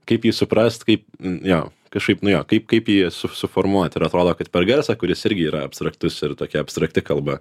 kaip jį suprast kaip jo kažkaip nu jo kaip kaip jį su suformuot ir atrodo kad per garsą kuris irgi yra abstraktus ir tokia abstrakti kalba